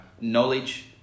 knowledge